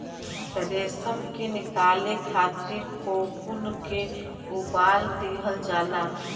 रेशम के निकाले खातिर कोकून के उबाल दिहल जाला